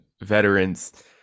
veterans